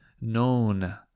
known